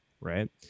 right